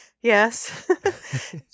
Yes